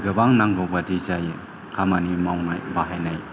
गोबां नांगौ बादि जायो खामानि मावनाय बाहायनाय